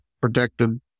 protected